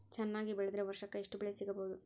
ಚೆನ್ನಾಗಿ ಬೆಳೆದ್ರೆ ವರ್ಷಕ ಎಷ್ಟು ಬೆಳೆ ಸಿಗಬಹುದು?